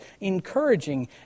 encouraging